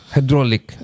Hydraulic